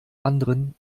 anderen